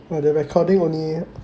!wah! the recording only